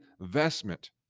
investment